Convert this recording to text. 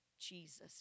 Jesus